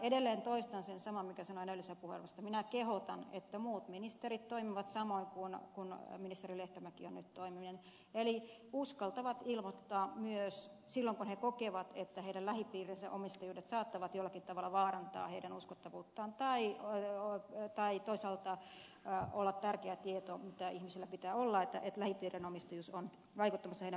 edelleen toistan sen saman minkä sanoin edellisessä puheenvuorossa että minä kehotan että muut ministerit toimivat samoin kuin ministeri lehtomäki on nyt toiminut eli uskaltavat ilmoittaa silloin kun he kokevat että heidän lähipiirinsä omistajuudet saattavat jollakin tavalla vaarantaa heidän uskottavuuttaan tai toisaalta kun on tärkeä tieto mikä ihmisillä pitää olla että lähipiirin omistajuus on vaikuttamassa heidän päätöksentekoonsa